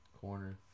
Corner